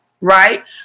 right